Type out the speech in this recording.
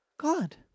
God